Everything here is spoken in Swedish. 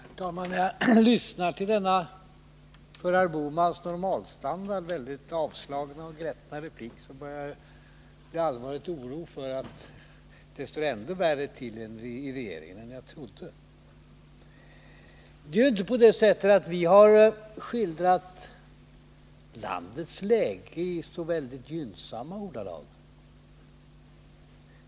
Fru talman! När jag lyssnar till denna i jämförelse med herr Bohmans normalstandard väldigt avslagna och grättna replik blir jag allvarligt orolig för att det står ändå värre till i regeringen än vad jag trodde. Det är inte på det sättet att vi skildrat landets läge i så väldigt gynsamma ordalag.